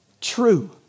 true